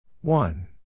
One